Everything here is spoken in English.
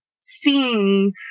seeing